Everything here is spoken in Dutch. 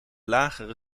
lagere